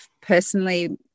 Personally